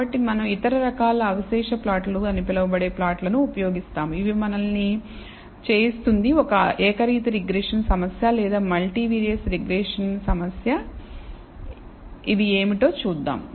కాబట్టి మనం ఇతర రకాలను అవశేష ప్లాట్లు అని పిలువబడే ప్లాట్ల ను ఉపయోగిస్తాముఇవి మనల్ని చేయిస్తుంది అది ఒక ఏకరీతి రిగ్రెషన్ సమస్య లేదా మల్టీవియారిట్ రిగ్రెషన్ సమస్య ఇవి ఏమిటో చూద్దాం